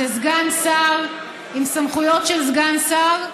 זה סגן שר עם סמכויות של סגן שר,